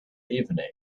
evening